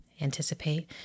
Anticipate